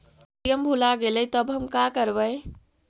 ATM भुला गेलय तब हम काकरवय?